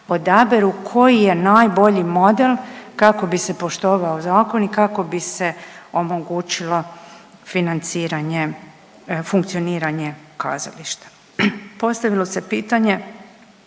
odaberu koji je najbolji model kako bi se poštovao zakon i kako bi se omogućilo financiranje, funkcioniranje kazališta. Postavilo se pitanje